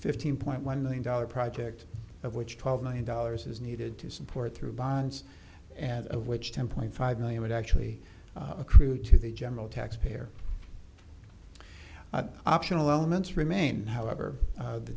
fifteen point one million dollars project of which twelve million dollars is needed to support through bonds and of which ten point five million would actually accrue to the general taxpayer optional elements remain however